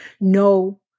No